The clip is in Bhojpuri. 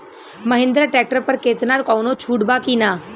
महिंद्रा ट्रैक्टर पर केतना कौनो छूट बा कि ना?